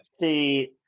see